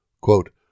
Quote